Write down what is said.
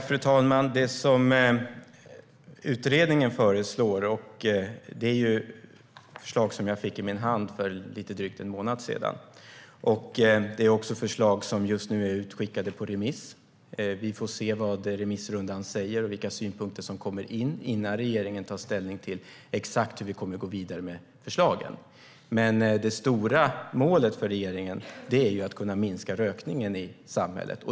Fru talman! Det som utredningen föreslår är förslag som jag fick i min hand för lite drygt en månad sedan. Det är förslag som just nu är utskickade på remiss. Vi får se vad remissrundan säger och vilka synpunkter som kommer in innan regeringen tar ställning till exakt hur vi kommer att gå vidare med förslagen. Det stora målet för regeringen är att kunna minska rökningen i samhället.